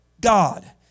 God